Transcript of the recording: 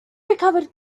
recovered